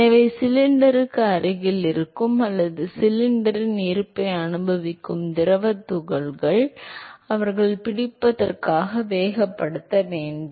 எனவே சிலிண்டருக்கு அருகில் இருக்கும் அல்லது சிலிண்டரின் இருப்பை அனுபவிக்கும் திரவத் துகள்கள் அவர்கள் பிடிப்பதற்காக வேகப்படுத்த வேண்டும்